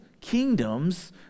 kingdoms